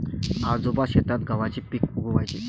आजोबा शेतात गव्हाचे पीक उगवयाचे